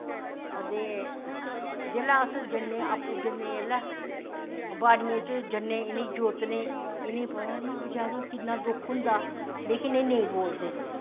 ते अस जिसलै जन्नें अप्पूं जन्नें जिसलै बाड़ियें च जन्नें इनेंगी जोतनें इनेंगी पका नी किन्ना बचैरें गी दुक्ख होंदा लेकिन एह् नेंई बोलदे